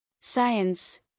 Science